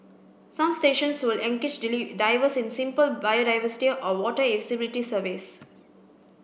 some stations will engage divers in simple biodiversity or water visibility surveys